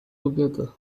together